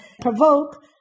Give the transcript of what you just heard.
provoke